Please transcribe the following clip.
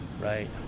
Right